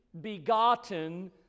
begotten